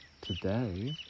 today